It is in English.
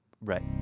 Right